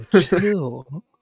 chill